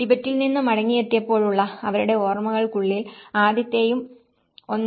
ടിബറ്റിൽ നിന്ന് മടങ്ങിയെത്തിയപ്പോഴുള്ള അവരുടെ ഓർമ്മകൾക്കുള്ളിൽ ആദ്യത്തെയും 1